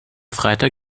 freitag